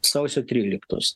sausio tryliktos